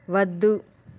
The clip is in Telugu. వద్దు